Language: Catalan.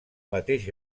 mateix